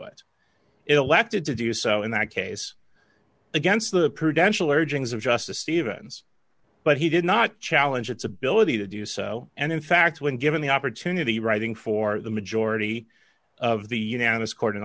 it elected to do so in that case against the prudential urgings of justice stevens but he did not challenge its ability to do so and in fact when given the opportunity writing for the majority of the unanimous court in